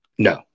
No